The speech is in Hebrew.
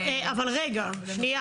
גונדר